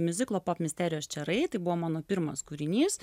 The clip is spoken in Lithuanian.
miuziklo misterijos čiarai tai buvo mano pirmas kūrinys